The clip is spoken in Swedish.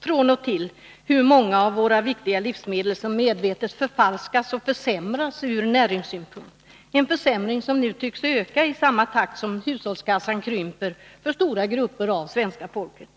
från och till gjorts och görs om hur många av våra viktiga livsmedel medvetet förfalskas och försämras ur näringssynpunkt — en försämring som nu tycks öka i takt med att hushållskassan krymper för stora grupper av svenska folket.